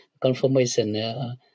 confirmation